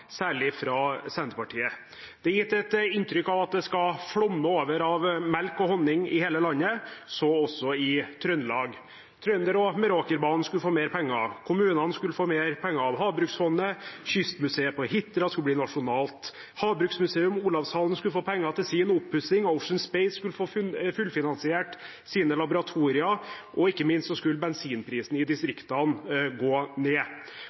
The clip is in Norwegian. særlig fra Senterpartiet. Det er gitt et inntrykk av at det skal flomme over av melk og honning i hele landet, så også i Trøndelag. Trønderbanen og Meråkerbanen skulle få mer penger, kommunene skulle få mer penger av Havbruksfondet, Kystmuseet på Hitra skulle bli nasjonalt havbruksmuseum, Olavshallen skulle få penger til sin oppussing, Ocean Space Centre skulle få fullfinansiert sine laboratorier, og ikke minst skulle bensinprisen i distriktene gå ned.